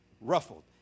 ruffled